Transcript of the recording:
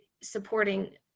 supporting